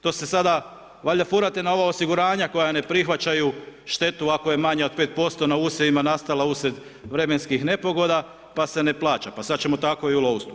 To se sada valjda furate na ova osiguranja koja ne prihvaćaju štetu ako je manja od 5% na usjevima nastala uslijed vremenskih nepogoda, pa se ne plaća, pa sad ćemo tako i u lovstvu.